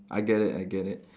I get it I get it